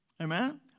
Amen